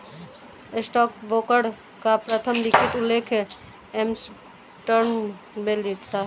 stockbroker का प्रथम लिखित उल्लेख एम्स्टर्डम में मिलता है